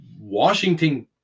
Washington